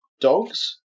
dogs